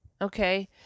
Okay